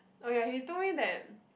oh ya he told me that